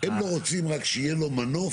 הם לא רוצים רק שיהיה לו מנוף,